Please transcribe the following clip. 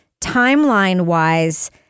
timeline-wise